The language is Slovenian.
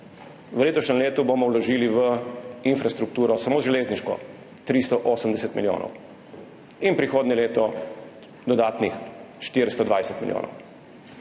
V letošnjem letu bomo vložili v infrastrukturo, samo železniško, 380 milijonov in prihodnje leto dodatnih 420 milijonov.